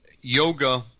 yoga